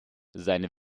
seine